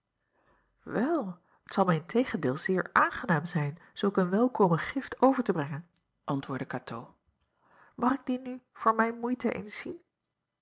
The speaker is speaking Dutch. el t zal mij in tegendeel zeer aangenaam zijn zulk een welkome gift over te brengen antwoordde atoo mag ik die nu voor mijn moeite